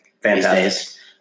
Fantastic